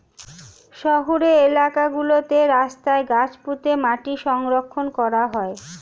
শহুরে এলাকা গুলোতে রাস্তায় গাছ পুঁতে মাটি সংরক্ষণ করা হয়